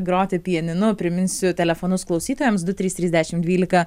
groti pianinu priminsiu telefonus klausytojams du trys trys dešimt dvylika